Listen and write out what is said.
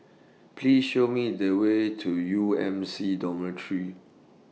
Please Show Me The Way to U M C Dormitory